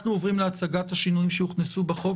אנחנו עוברים להצגת השינויים שהוכנסו בחוק.